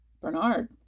Bernard